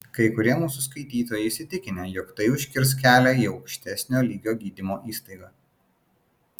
kai kurie mūsų skaitytojai įsitikinę jog tai užkirs kelią į aukštesnio lygio gydymo įstaigą